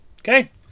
Okay